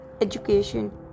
Education